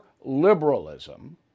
liberalism